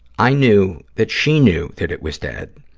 i knew that she knew that it was dead,